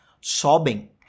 sobbing